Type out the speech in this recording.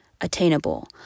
attainable